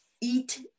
Eat